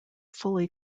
fully